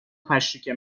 تشریک